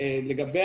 לגבי